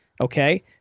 okay